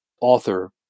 author